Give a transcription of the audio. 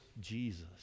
Jesus